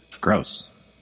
Gross